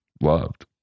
loved